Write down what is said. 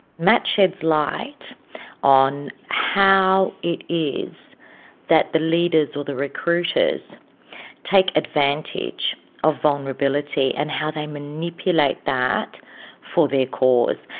matt sheds light on how it is that the leaders or the recruiters take advantage of vulnerability and how they manipulate that for their cause.